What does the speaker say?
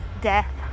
death